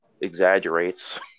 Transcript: exaggerates